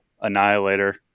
Annihilator